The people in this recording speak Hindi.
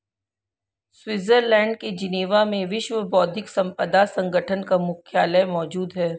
स्विट्जरलैंड के जिनेवा में विश्व बौद्धिक संपदा संगठन का मुख्यालय मौजूद है